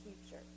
Future